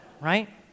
Right